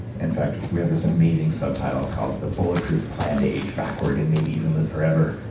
in fact, we have this amazing subtitle called the bulletproof plan to age backward and maybe even live forever.